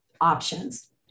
options